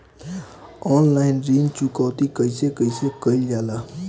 Online ऋण चुकौती कइसे कइसे कइल जाला?